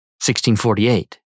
1648